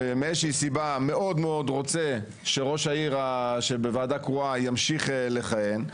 שמאיזה שהיא סיבה מאוד מאוד רוצה שראש העיר שבוועדה קרואה ימשיך לכהן,